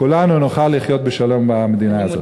כולנו נוכל לחיות בשלום במדינה הזאת.